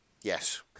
Yes